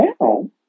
now